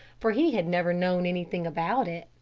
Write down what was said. for he had never known anything about it.